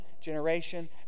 generation